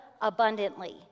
abundantly